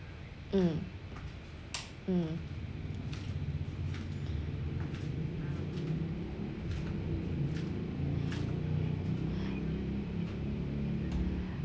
mm mm